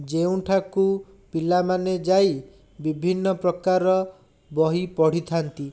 ଯେଉଁଠାକୁ ପିଲାମାନେ ଯାଇ ବିଭିନ୍ନ ପ୍ରକାର ବହି ପଢ଼ିଥାନ୍ତି